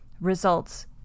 results